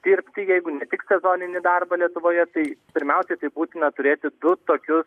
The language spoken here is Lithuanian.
dirbti jeigu ne tik sezoninį darbą lietuvoje tai pirmiausiai tai būtina turėti du tokius